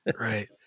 Right